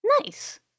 Nice